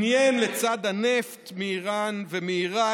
שעניין, לצד הנפט מאיראן ומעיראק,